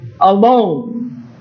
alone